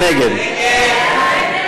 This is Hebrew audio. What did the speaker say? יעל גרמן,